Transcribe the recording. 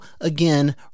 again